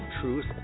Truth